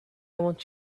want